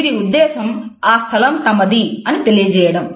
వీరి ఉద్దేశం ఆ స్థలం తమది అని తెలియజేయడం